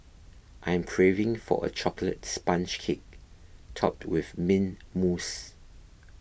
I am craving for a Chocolate Sponge Cake Topped with Mint Mousse